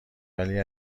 ولی